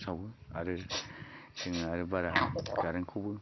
सावो आरो जोङो आरो बारा कारेन्टखौबो